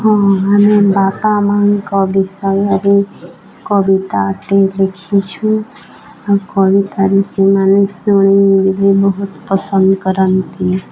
ହଁ ଆମେ ବାପା ମାଆଙ୍କ ବିିଷୟରେ କବିତାଟେ ଲେଖିଛୁ ଆଉ କବିତାରେ ସେମାନେ ଶୁଣି ଦେବେ ବହୁତ ପସନ୍ଦ କରନ୍ତି